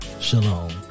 Shalom